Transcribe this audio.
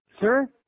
Sir